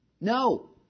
No